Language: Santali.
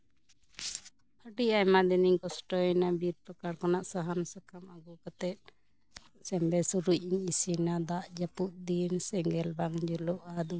ᱟᱹᱰᱤ ᱟᱭᱢᱟ ᱫᱤᱱᱤᱧ ᱠᱚᱥᱴᱚᱭᱮᱱᱟ ᱵᱤᱨ ᱯᱟᱠᱟᱲ ᱠᱷᱚᱱᱟᱜ ᱥᱟᱦᱟᱱ ᱥᱟᱠᱟᱢ ᱟᱹᱜᱩ ᱠᱟᱛᱮᱜ ᱵᱮᱥᱩᱨᱩᱜ ᱤᱧ ᱤᱥᱤᱱᱟ ᱫᱟᱜ ᱡᱟᱯᱩᱫ ᱫᱤᱱ ᱥᱮᱸᱜᱮᱞ ᱵᱟᱝ ᱡᱩᱞᱩᱜᱼᱟ